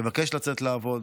מבקש לצאת לעבוד.